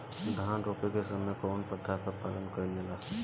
धान रोपे के समय कउन प्रथा की पालन कइल जाला?